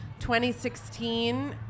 2016